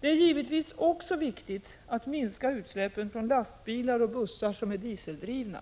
Det är givetvis också viktigt att minska utsläppen från lastbilar och bussar som är dieseldrivna.